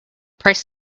price